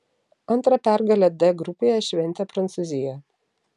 antrą pergalę d grupėje šventė prancūzija